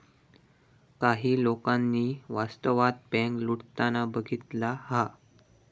काही लोकांनी वास्तवात बँक लुटताना बघितला हा